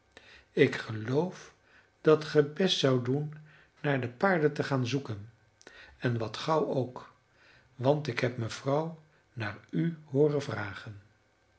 ik geloof dat ge best zoudt doen naar de paarden te gaan zoeken en wat gauw ook want ik heb mevrouw naar u hooren vragen